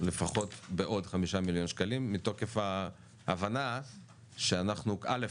לפחות בעוד 5 מיליון שקלים מתוקף ההבנה שאנחנו א.